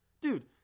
dude